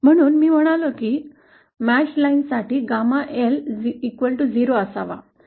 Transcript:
म्हणूनच मी म्हणालो की जुळलेल्या रेषांसाठी ℾL 0 च्या बरोबरीचा असावा